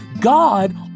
God